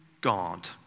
God